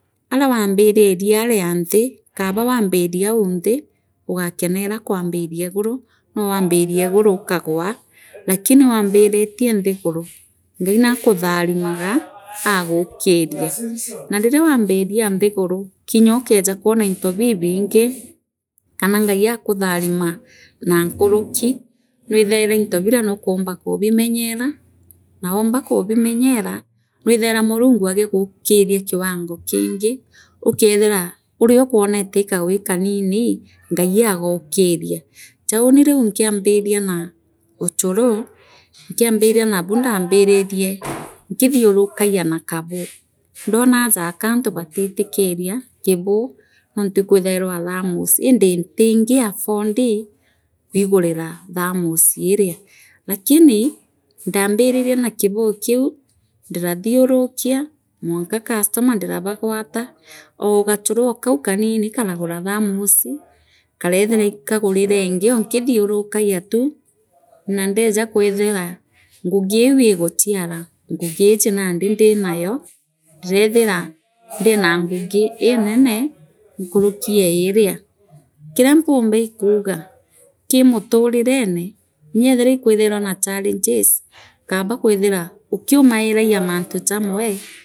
Aaria waembiririe aria nthi Kaaba waambirie aunthi ugakenera kwambiria iguru noowambirie iguru likagwaa lakini waambiritie nthigura Ngai naakutherimaga aagukina na riria waambiri nthiguru nyookeeja kwoore into kubimenyera nwithaira murungu agiguukina kiwango kingi ukethira uriokwonete ii kagugi kanini ngai aagokiria jaauri riu nkiontiria na uchuru nkimbiria nabuu ndaambiririne kuthiutukaagia na kabuyu ndoora jaka antu baatitikiria kibuy kiu ndirathunikia mwanka customer ndirabagwata oo gachuru oo kau kanini karagura thamosi kareethirea ii kaagujaree ingi ootithu rukagia tu na ndeja kwithira ngugi iu igachiara ngugiiji nandi ndinayo ndirenethira ndina ngugi inene nkaruki ee iria kiria mpumbaaikuga kii muturirene nyeethira ikwithaira na challenges Kaaba kwithira ukiumairagia maantu jamwe.